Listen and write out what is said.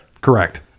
Correct